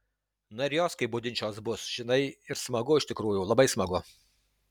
na ir jos kaip budinčios bus žinai ir smagu iš tikrųjų labai smagu